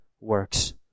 works